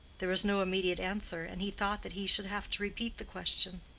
there was no immediate answer, and he thought that he should have to repeat the question.